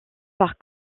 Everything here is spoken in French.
par